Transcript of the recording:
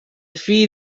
fill